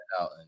out